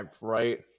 right